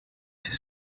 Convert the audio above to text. his